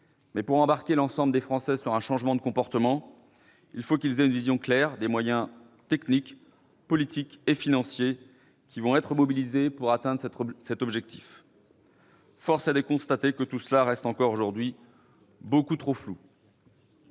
Mais embarquer l'ensemble des Français dans des changements de comportement suppose de leur donner une vision claire des moyens techniques, politiques et financiers qui vont être mobilisés pour atteindre cet objectif. Force est de constater qu'en la matière tout reste encore aujourd'hui beaucoup trop flou.